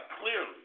clearly